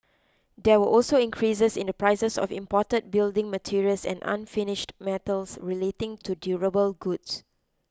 there were also increases in the prices of imported building materials and unfinished metals related to durable goods